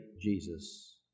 Jesus